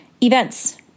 events